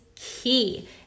key